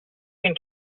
can